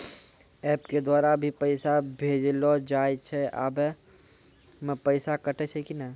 App के द्वारा भी पैसा भेजलो जाय छै आबै मे पैसा कटैय छै कि नैय?